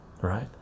right